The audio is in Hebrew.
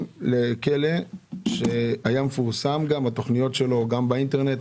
לכלא שהתכניות שלו היו מפורסמות גם באינטרנט.